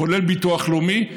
כולל ביטוח לאומי.